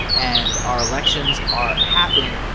and our elections are happen,